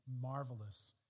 marvelous